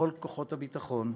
לכל כוחות הביטחון,